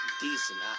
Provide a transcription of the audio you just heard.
decent